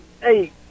hey